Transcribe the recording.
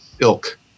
ilk